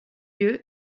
lieu